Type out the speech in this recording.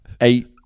eight